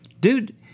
dude